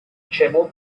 čemu